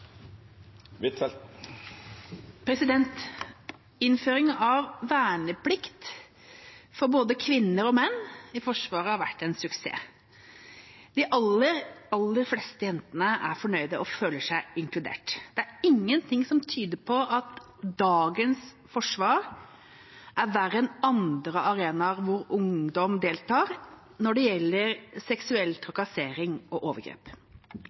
nr. 4. Innføring av verneplikt for både kvinner og menn i Forsvaret har vært en suksess. De aller, aller fleste jentene er fornøyd og føler seg inkludert. Det er ingen ting som tyder på at dagens forsvar er verre enn andre arenaer hvor ungdom deltar, når det gjelder seksuell trakassering og overgrep.